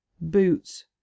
Boots